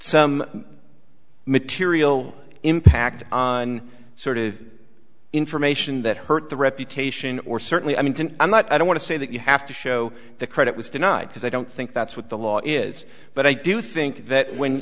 some material impact on sort of information that hurt the reputation or certainly i mean i'm not i don't want to say that you have to show the credit was denied because i don't think that's what the law is but i do think that when